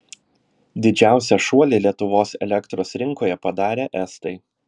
didžiausią šuolį lietuvos elektros rinkoje padarė estai